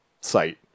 site